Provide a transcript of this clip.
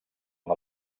amb